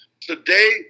Today